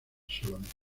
solamente